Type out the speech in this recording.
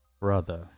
brother